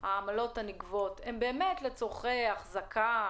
העמלות הנגבות הן באמת לצורכי החזקה